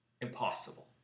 impossible